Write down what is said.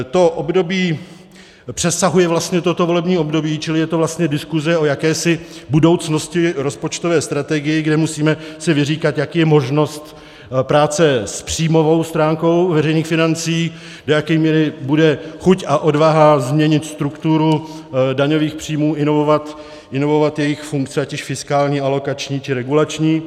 To období přesahuje vlastně toto volební období, čili je to vlastně diskuze o jakési budoucnosti rozpočtové strategie, kde si musíme vyříkat, jaká je možnost práce s příjmovou stránkou veřejných financí, do jaké míry bude chuť a odvaha změnit strukturu daňových příjmů, inovovat jejich funkce, ať již fiskální, alokační, či regulační.